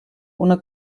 una